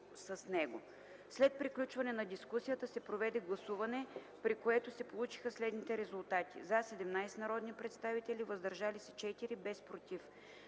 След приключване на дискусията се проведе гласуване, при което се получиха следните резултати: „за” – 17 народни представители, „въздържали се” – 4, без „против”.